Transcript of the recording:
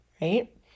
right